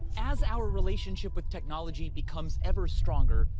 as our relationship with technology becomes ever stronger,